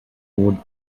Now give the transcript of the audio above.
wood